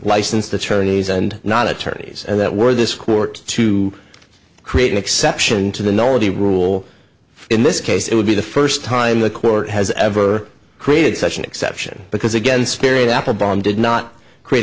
licensed attorneys and not attorneys that were this court to create an exception to the normal the rule in this case it would be the first time the court has ever created such an exception because again spirit after bomb did not create